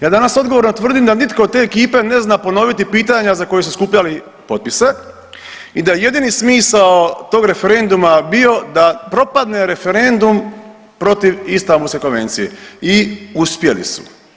Ja danas odgovorno tvrdim da nitko od te ekipe ne zna ponoviti pitanja za koja su skupljali potpise i da je jedini smisao tog referenduma bio da propadne referendum protiv Istanbulske konvencije i uspjeli su.